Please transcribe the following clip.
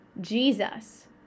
Jesus